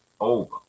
over